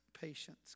patience